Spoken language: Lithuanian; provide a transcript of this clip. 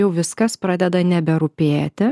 jau viskas pradeda neberūpėti